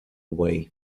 way